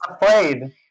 afraid